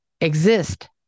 exist